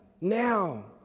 now